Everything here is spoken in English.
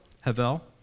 havel